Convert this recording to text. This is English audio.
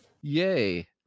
Yay